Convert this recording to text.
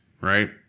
right